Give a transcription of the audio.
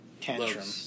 Tantrum